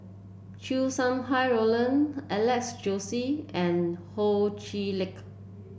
Chow Sau Hai Roland Alex Josey and Ho Chee Lick